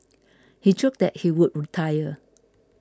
he joked that he would retire